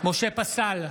משה פסל,